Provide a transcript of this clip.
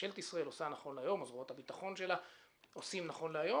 ממשלת ישראל או זרועות הביטחון שלה עושות היום.